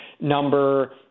number